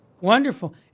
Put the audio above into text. Wonderful